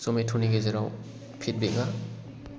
Zomato नि गेजेराव feedback आ